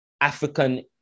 African